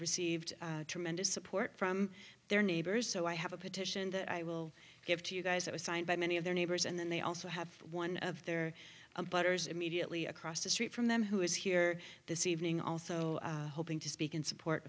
received tremendous support from their neighbors so i have a petition that i will give to you guys that was signed by many of their neighbors and then they also have one of their butters immediately across the street from them who is here this evening also hoping to speak in support